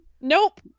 Nope